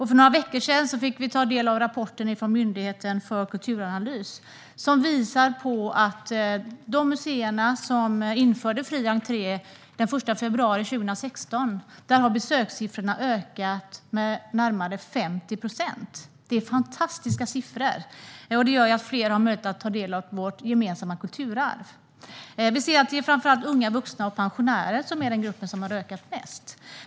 För några veckor sedan fick vi ta del av en rapport från Myndigheten för kulturanalys som visar att besöken på de museer som införde fri entré den 1 februari 2016 har ökat med närmare 50 procent. Det är fantastiska siffror. Detta gör att fler har möjlighet att ta del av vårt gemensamma kulturarv. Unga vuxnas och pensionärers besök har ökat mest.